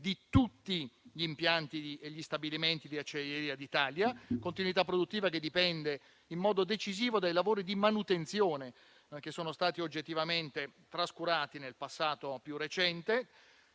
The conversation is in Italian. di tutti gli impianti e gli stabilimenti di Acciaieria d'Italia; la continuità produttiva dipende in modo decisivo dai lavori di manutenzione che sono stati oggettivamente trascurati nel passato più recente.